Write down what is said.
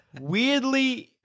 weirdly